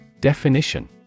Definition